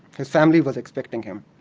his family was expecting him.